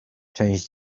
część